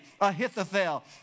Ahithophel